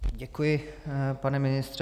Děkuji, pane ministře.